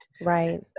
right